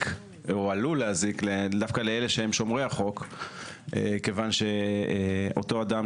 או עלול להזיק לשומרי החוק דווקא כי אותו אדם